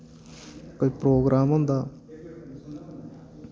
कोई प्रोग्राम होंदा